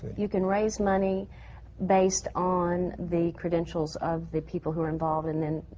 you can raise money based on the credentials of the people who are involved and and